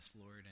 Lord